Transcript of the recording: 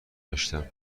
گشتم